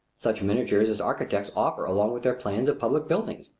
such miniatures as architects offer along with their plans of public buildings,